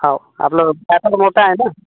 हो आपलं पॅकेज मोठं आहे ना